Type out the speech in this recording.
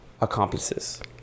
accomplices